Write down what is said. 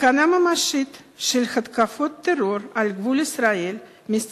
סכנה ממשית של התקפות טרור על גבול ישראל-מצרים.